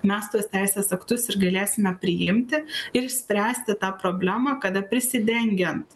mes tuos teisės aktus ir galėsime priimti ir išspręsti tą problemą kada prisidengiant